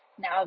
Now